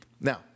Now